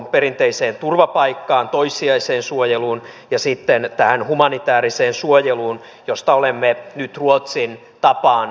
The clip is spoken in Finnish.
perinteiseen turvapaikkaan toissijaiseen suojeluun ja sitten tähän humanitääriseen suojeluun josta olemme nyt ruotsin tapaan luopumassa